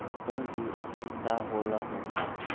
NBFC का होलहु?